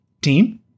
team